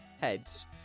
heads